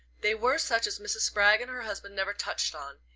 they were such as mrs. spragg and her husband never touched on,